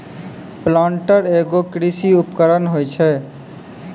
planter एगो कृषि उपकरण होय छै